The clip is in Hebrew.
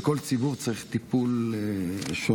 וכל ציבור צריך טיפול שונה,